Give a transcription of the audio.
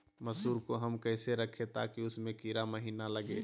मसूर को हम कैसे रखे ताकि उसमे कीड़ा महिना लगे?